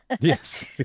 Yes